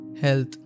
health